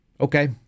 okay